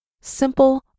simple